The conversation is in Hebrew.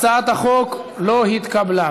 הצעת החוק לא התקבלה.